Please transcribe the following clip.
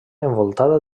envoltada